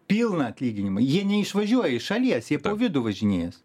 pilną atlyginimą jie neišvažiuoja iš šalies jie vidų važinėjas